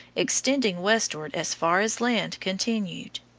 extending westward as far as land continued.